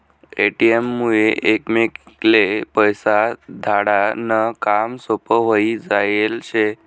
ATM मुये एकमेकले पैसा धाडा नं काम सोपं व्हयी जायेल शे